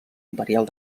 imperial